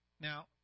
Now